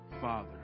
father